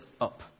up